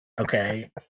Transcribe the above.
Okay